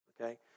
okay